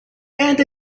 and